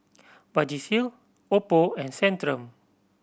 Vagisil Oppo and Centrum